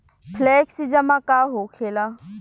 Flexi जमा का होखेला?